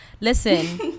Listen